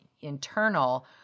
internal